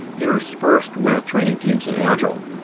interspersed with training teams in agile.